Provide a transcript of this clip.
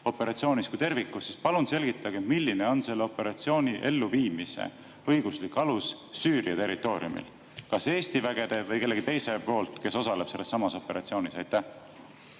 operatsioonis kui tervikus. Palun selgitage, milline on selle operatsiooni elluviimise õiguslik alus Süüria territooriumil kas Eesti üksuse või kellegi teise poolt, kes osaleb sellessamas operatsioonis. Oleks